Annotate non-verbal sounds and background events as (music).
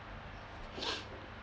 (noise)